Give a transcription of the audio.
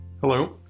Hello